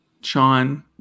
Sean